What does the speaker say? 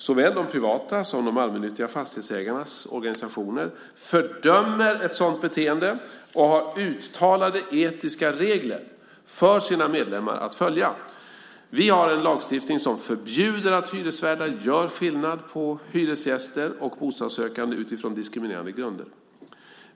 Såväl de privata som de allmännyttiga fastighetsägarnas organisationer fördömer ett sådant beteende och har uttalade etiska regler för sina medlemmar att följa. Vi har en lagstiftning som förbjuder att hyresvärdar gör skillnad på hyresgäster och bostadssökande utifrån diskriminerande grunder.